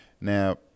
Now